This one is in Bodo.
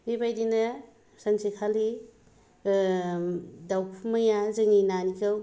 बेबायदिनो सानसेखालि दाउखुमैया जोंनि नानिखौ